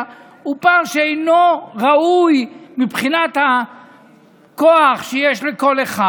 יהיה פער שאינו ראוי מבחינת הכוח שיש לכל אחד.